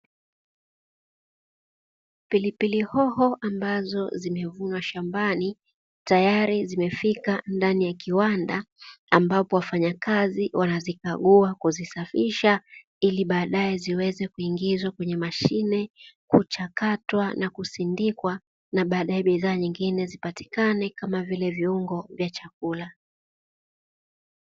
Pilipili hoho ambazo zimevunwa shambani tayari zimefika ndani ya kiwanda ambapo wafanyakazi wanazikagua kuzisafisha, ili baadaye ziweze kuingizwa kwenye mashine; kuchakatwa na kusindikwa na baadaye bidhaa nyingine zipatikane kama vile viungo vya chakula.